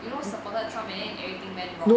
you know supported trump and then everything went wrong